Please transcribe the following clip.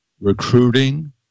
Recruiting